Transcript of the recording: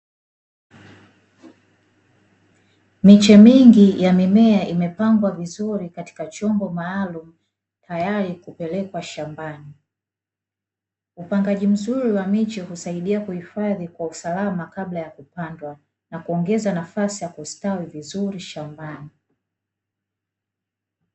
Miche mingi ya mimea imepangwa vizuri katika chombo maalumu tayari kupelekwa shambani, upangaji mzuri wa miche husaidia kuhifadhi kwa usalama kabla ya kupandwa, na kuongeza nafasi ya kustawi vizuri shambani.